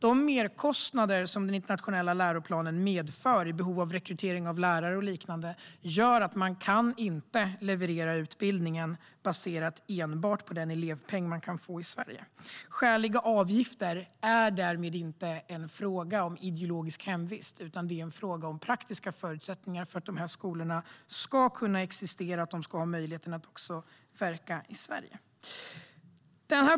De merkostnader som den internationella läroplanen medför i och med behov av rekrytering av lärare och liknande, gör att man inte kan leverera utbildningen enbart baserat på den elevpeng man kan få i Sverige. Skäliga avgifter är därmed inte en fråga om ideologisk hemvist utan om praktiska förutsättningar för att dessa skolor ska kunna existera och verka i Sverige.